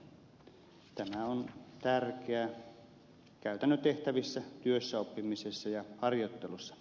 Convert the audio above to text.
tämä on tärkeää käytännön tehtävissä työssäoppimisessa ja harjoittelussa